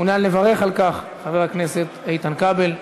מעוניין לברך על כך, חבר הכנסת איתן כבל.